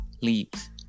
leaves